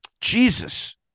Jesus